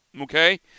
Okay